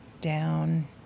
down